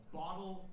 bottle